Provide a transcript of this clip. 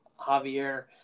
Javier